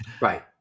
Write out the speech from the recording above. Right